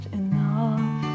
enough